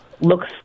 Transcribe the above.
looks